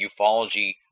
ufology